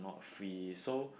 free so